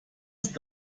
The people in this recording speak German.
ist